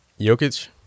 Jokic